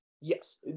Yes